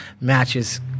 matches